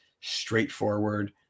straightforward